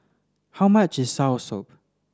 how much is soursop